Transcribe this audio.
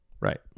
Right